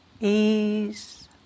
ease